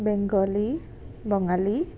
Bengali Bangali